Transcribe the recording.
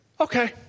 okay